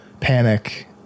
panic